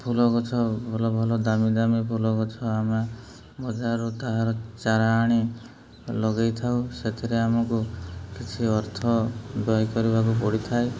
ଫୁଲ ଗଛ ଭଲ ଭଲ ଦାମୀ ଦାମୀ ଫୁଲ ଗଛ ଆମେ ବଜାରରୁ ତାହାର ଚାରା ଆଣି ଲଗେଇଥାଉ ସେଥିରେ ଆମକୁ କିଛି ଅର୍ଥ ଦେୟ କରିବାକୁ ପଡ଼ିଥାଏ